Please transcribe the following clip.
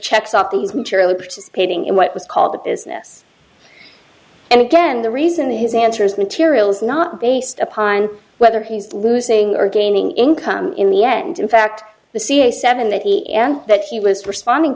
checks off these materially participating in what was called the business and again the reason his answer is material is not based upon whether he's losing or gaining income in the end in fact the cia seven that he and that he was responding